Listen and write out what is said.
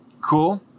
cool